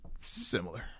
similar